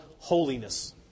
Holiness